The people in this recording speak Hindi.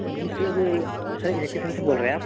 हाँ जी सर सर इलेक्ट्रीसन से बोल रहे हैं आप